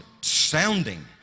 sounding